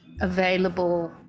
available